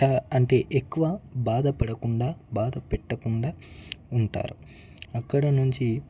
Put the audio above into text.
చాలా అంటే ఎక్కువ బాధ పడకుండా బాధ పెట్టకుండా ఉంటారు అక్కడనుంచి